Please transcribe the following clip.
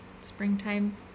springtime